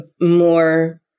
more